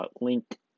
Link